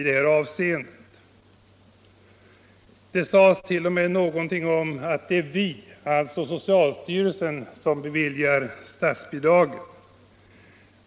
Det sades därvid någonting om att det är socialstyrelsen som beviljar statsbidraget.